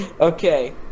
Okay